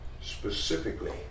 Specifically